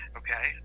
okay